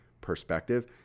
perspective